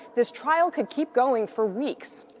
this trial could keep going for weeks.